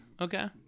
Okay